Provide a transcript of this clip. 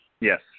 Yes